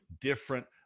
different